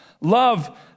love